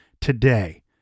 today